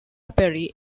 perry